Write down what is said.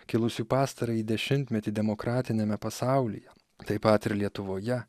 kilusių pastarąjį dešimtmetį demokratiniame pasaulyje taip pat ir lietuvoje